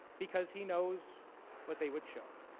because he knows what they would show.